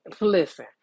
listen